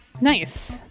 Nice